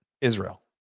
Israel